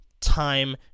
time